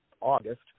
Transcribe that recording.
August